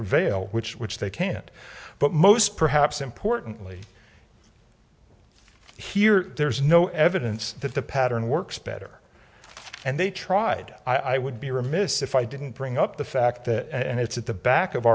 prevail which which they can't but most perhaps importantly here there's no evidence that the pattern works better and they tried i would be remiss if i didn't bring up the fact that and it's at the back of